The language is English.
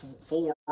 four